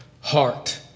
heart